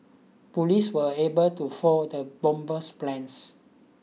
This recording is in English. police were able to foil the bomber's plans